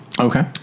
okay